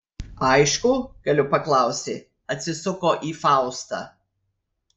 aišku galiu paklausti atsisuko į faustą